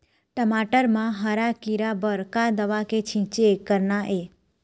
टमाटर म हरा किरा बर का दवा के छींचे करना ये?